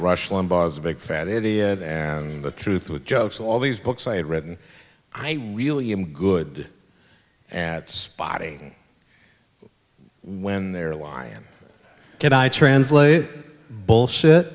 rush limbaugh's a big fat idiot and the truth with jokes all these books i had written i really am good at spotting when they're lying can i translate bullshit